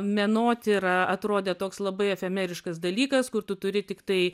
menotyra atrodė toks labai efemeriškas dalykas kur tu turi tiktai